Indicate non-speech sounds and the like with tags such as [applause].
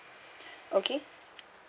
[breath] okay